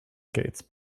skates